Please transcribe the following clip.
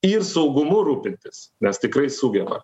ir saugumu rūpintis nes tikrai sugeba